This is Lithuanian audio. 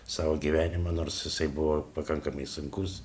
savo gyvenimą nors jisai buvo pakankamai sunkus